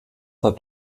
hat